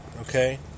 okay